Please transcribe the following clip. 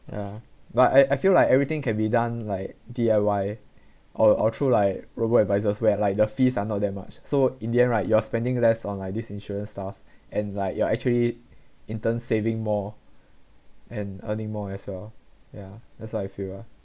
yeah but I I feel like everything can be done like D_I_Y or through like robo advisors where like the fees are not that much so in the end right you're spending less on like this insurance stuff and like you are actually in turn saving more and earning more as well yeah that's what I feel ah